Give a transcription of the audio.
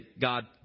God